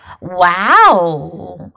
Wow